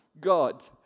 God